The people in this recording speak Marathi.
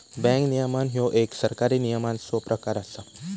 बँक नियमन ह्यो एक सरकारी नियमनाचो प्रकार असा